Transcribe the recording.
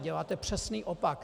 Děláte přesný opak!